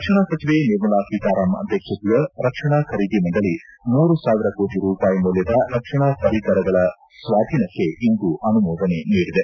ರಕ್ಷಣಾ ಸಚಿವೆ ನಿರ್ಮಲಾ ಸೀತಾರಾಮನ್ ಅಧ್ವಕ್ಷತೆಯ ರಕ್ಷಣಾ ಖರೀದಿ ಮಂಡಳಿ ಮೂರು ಸಾವಿರ ಕೋಟಿ ರೂಪಾಯಿ ಮೌಲ್ಲದ ರಕ್ಷಣಾ ಪರಿಕರಗಳ ಸ್ವಾಧೀನಕ್ಕೆ ಇಂದು ಅನುಮೋದನೆ ನೀಡಿದೆ